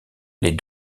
les